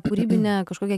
kūrybinę kažkokią